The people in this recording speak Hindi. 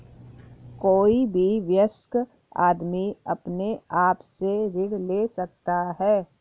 कोई भी वयस्क आदमी अपने आप से ऋण ले सकता है